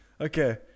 Okay